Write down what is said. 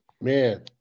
man